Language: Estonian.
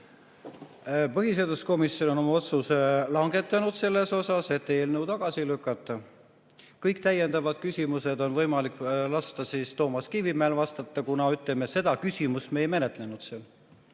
Põhiseaduskomisjon on oma otsuse langetanud selles osas, et eelnõu tagasi lükata. Kõik täiendavad küsimused on võimalik lasta Toomas Kivimäel vastata, kuna seda küsimust me ei menetlenud seal.